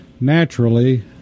naturally